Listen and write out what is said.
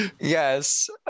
Yes